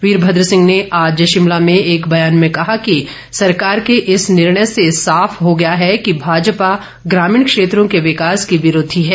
वीरभद्र सिंह ने आज शिमला में एक बयान में कहा कि सरकार के इस निर्णय से साफ हो गया है कि भाजपा ग्रामीण क्षेत्रों के विकास की विरोधी है